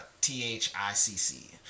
T-H-I-C-C